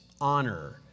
honor